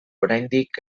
oraindik